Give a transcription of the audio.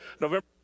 November